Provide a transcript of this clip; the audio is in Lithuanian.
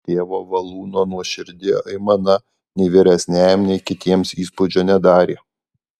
tėvo valūno nuoširdi aimana nei vyresniajam nei kitiems įspūdžio nedarė